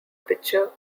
pitcher